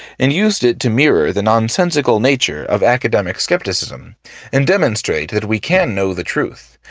and used it to mirror the nonsensical nature of academic skepticism and demonstrate that we can know the truth,